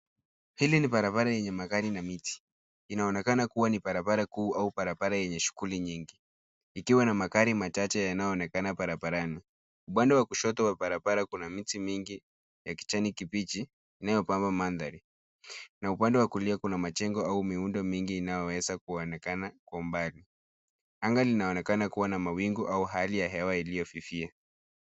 Hii ni barabara yenye magari na miti. Inaonekana kuwa ni barabara kuu au barabara yenye shughuli nyingi. Ikiwa na magari machache yanayoonekana barabarani. Upande wa kushotowa barabara, kuna miti mingi ya kijani kibichi, inayopamba mandhari na upande wa kulia kuna majengo au miundo mingi inayoweza kuonekana kwa umbali. Anga inaonekana kuwa na mawingu au hali ya hewa iliyofifia.